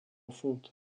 fonte